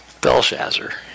Belshazzar